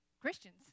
Christians